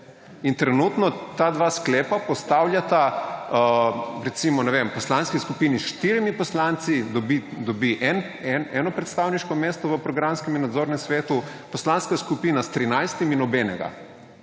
In trenutno ta dva sklepa postavljata, recimo, ne vem, poslanski skupini s štirimi poslanci dobi eno predstavniško mesto v programskem in nadzornem svetu, poslanska skupina s trinajstimi